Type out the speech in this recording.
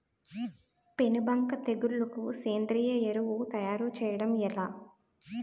పేను బంక తెగులుకు సేంద్రీయ ఎరువు తయారు చేయడం ఎలా?